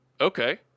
Okay